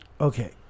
Okay